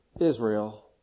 Israel